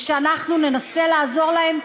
ואנחנו ננסה לעזור להם.